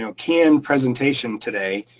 you know canned presentation today.